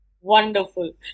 Wonderful